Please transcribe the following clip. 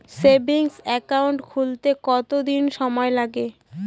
Savings account খুলতে কতদিন সময় লাগে?